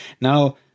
Now